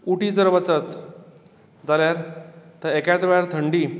उटी जर वचत जाल्यार थंय एकाच वेळार थंडी